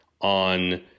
on